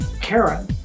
Karen